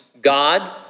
God